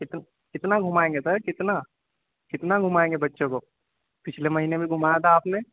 کتنا کتنا گھمائیں گے سر کتنا کتنا گھمائیں گے بچوں کو پچھلے مہینے بھی گھمایا تھا آپ نے